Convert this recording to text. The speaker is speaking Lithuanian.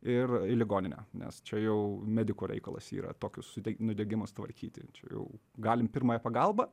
ir į ligoninę nes čia jau medikų reikalas yra tokius nudegimus tvarkyti jau galim pirmąją pagalbą